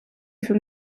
from